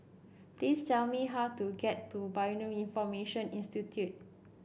please tell me how to get to Bioinformatics Institute